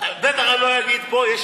בטח אני לא אגיד פה.